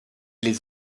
les